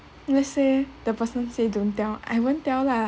let's say the person say don't tell I won't tell lah